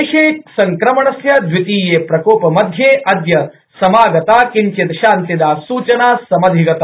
देशे संक्रमणस्य दवितीये प्रकोपमध्ये अद्य समागता किंचित्शान्तिदा सूचना समधिगता